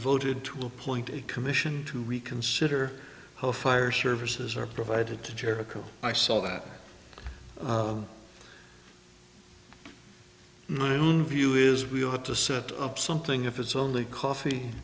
voted to appoint a commission to reconsider how fire services are provided to jericho i saw that my view is we ought to set up something if it's only coffee